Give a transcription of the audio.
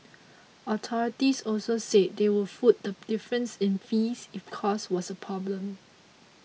authorities also said they would foot the difference in fees if cost was a problem